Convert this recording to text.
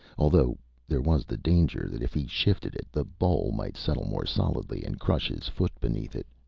although there was the danger that if he shifted it, the bole might settle more solidly and crush his foot beneath it.